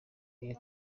iyo